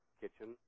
kitchen